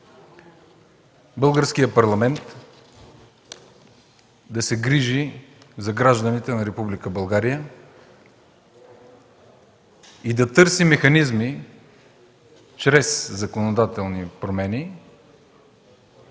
Българският парламент да се грижи за гражданите на Република България и да търси механизми чрез законодателни промени